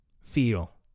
feel